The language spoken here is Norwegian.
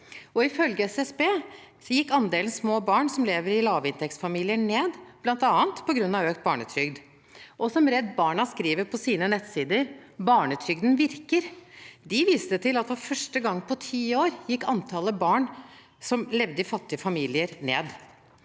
Ifølge SSB gikk andelen små barn som lever i lavinntektsfamilier, ned, bl.a. på grunn av økt barnetrygd. Som Redd Barna skriver på sine nettsider: «Barnetrygden virker!» De viste til at for første gang på ti år gikk antallet barn som levde i fattige familier, ned.